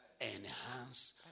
enhance